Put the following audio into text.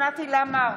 אוסנת הילה מארק,